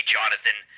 Jonathan